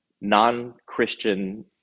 non-Christian